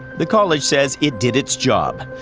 the college says it did its job.